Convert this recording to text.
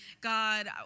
God